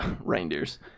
reindeers